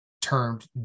termed